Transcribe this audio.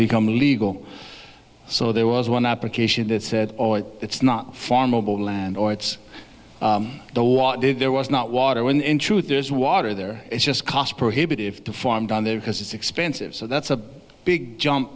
become legal so there was one application that said it's not for mobile land or it's the water there was not water when in truth there is water there it's just cost prohibitive to farm down there because it's expensive so that's a big jump